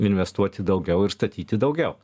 investuoti daugiau ir statyti daugiau